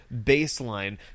baseline